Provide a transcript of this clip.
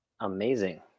Amazing